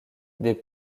des